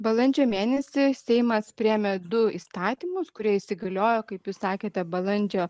balandžio mėnesį seimas priėmė du įstatymus kurie įsigaliojo kaip jūs sakėte balandžio